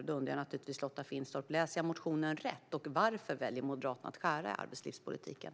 Då undrar jag naturligtvis, Lotta Finstorp: Läser jag motionen rätt, och varför väljer Moderaterna att skära i arbetslivspolitiken?